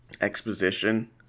exposition